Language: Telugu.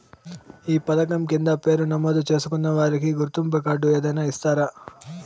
ఈ పథకం కింద పేరు నమోదు చేసుకున్న వారికి గుర్తింపు కార్డు ఏదైనా ఇస్తారా?